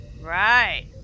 Right